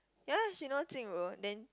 ya she know Jing-Ru then